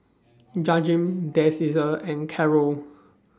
Jaheem Deasia and Carroll